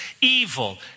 evil